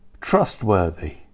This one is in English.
trustworthy